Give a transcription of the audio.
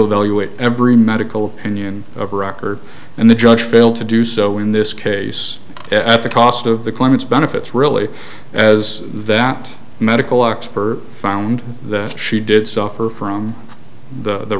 evaluate every medical anion of record and the judge failed to do so in this case at the cost of the claim its benefits really as that medical expert found that she did suffer from the